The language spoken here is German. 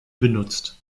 benutzt